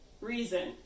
reason